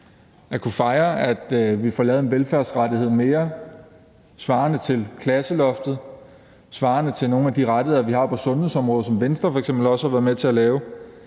at kunne fejre, at der bliver lavet en velfærdsrettighed mere, svarende til klasseloftet, svarende til nogle af de rettigheder, vi har på sundhedsområdet, som Venstre f.eks. har været med til at lave.